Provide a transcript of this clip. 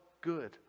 good